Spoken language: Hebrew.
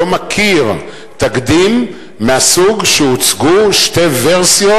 לא מכיר תקדים מהסוג שהוצגו שתי ורסיות,